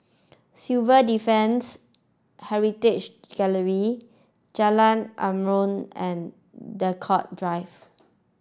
Civil Defence Heritage Gallery Jalan Aruan and Draycott Drive